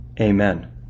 Amen